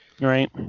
Right